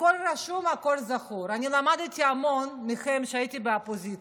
קראתי בשמך, אבל קראתי בשמך, נגמר הסיפור.